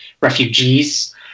refugees